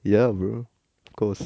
ya bro of course